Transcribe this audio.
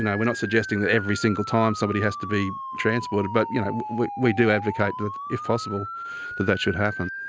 and we're not suggesting that every single time somebody has to be transported, but you know we do advocate that if possible that that should happen.